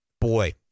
boy